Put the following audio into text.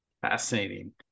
Fascinating